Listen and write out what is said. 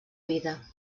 vida